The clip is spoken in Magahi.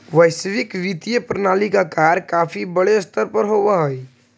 वैश्विक वित्तीय प्रणाली का कार्य काफी बड़े स्तर पर होवअ हई